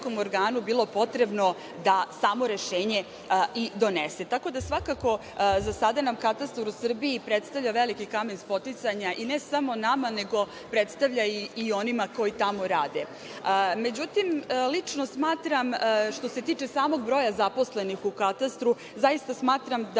organu bilo potrebno da samo rešenje i donese. Tako da svakako za sada nam Katastar u Srbiji predstavlja veliki kamen spoticanja i ne samo nama, nego predstavlja i onima koji tamo rade.Međutim, lično smatram što se tiče samog broja zaposlenih u Katastru, zaista smatram da